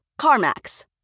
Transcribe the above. CarMax